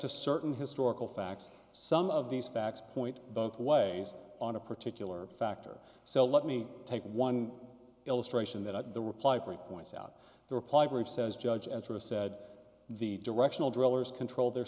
to certain historical facts some of these facts point both ways on a particular factor so let me take one illustration that the reply from points out the reply brief says judge and sort of said the directional drillers control their